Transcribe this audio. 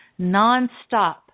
nonstop